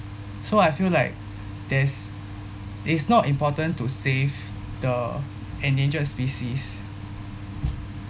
so I feel like there's is not important to safe the endangered species